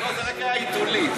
זה רגע היתולי.